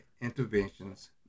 interventions